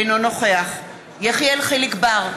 אינו נוכח יחיאל חיליק בר,